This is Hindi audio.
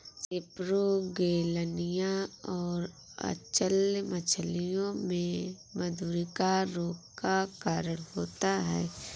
सेपरोगेलनिया और अचल्य मछलियों में मधुरिका रोग का कारण होता है